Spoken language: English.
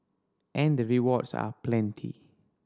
and the rewards are plenty